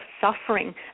suffering